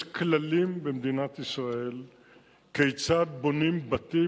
יש כללים במדינת ישראל כיצד בונים בתים,